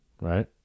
right